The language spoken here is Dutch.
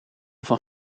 van